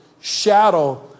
shadow